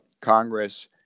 Congress